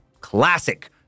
Classic